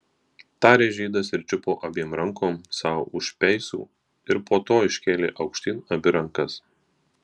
tarė žydas ir čiupo abiem rankom sau už peisų ir po to iškėlė aukštyn abi rankas